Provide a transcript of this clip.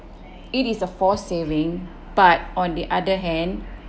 it is a forced saving but on the other hand